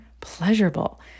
pleasurable